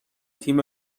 تیم